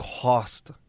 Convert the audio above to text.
cost